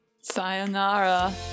sayonara